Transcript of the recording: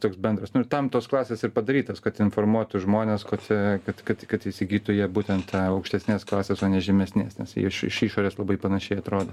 toks bendras nu ir tam tos klasės ir padarytos kad informuotų žmones kad kad kad kad įsigytų jie būtent tą aukštesnės klasės o ne žemesnės nes iš iš išorės labai panašiai atrodo